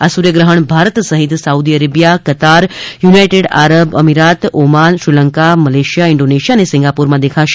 આ સૂર્યગ્રહણ ભારત સહિત Saudi Arabia Qatar United Arab Emirates Oman Sri Lanka Malaysia Indonesia અને સિંગાપોરમાં દેખાશે